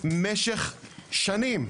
משך שנים,